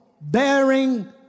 bearing